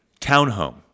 townhome